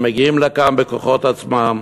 הם מגיעים לכאן בכוחות עצמם,